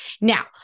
Now